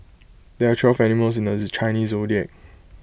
there are twelve animals in the Chinese Zodiac